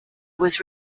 was